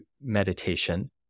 meditation